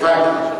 הבנתי.